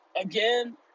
Again